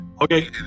okay